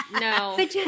No